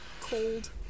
cold